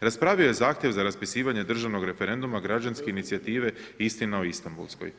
raspravio je zahtjev za raspisivanje državnog referenduma građanske inicijative istina o Istambulskoj.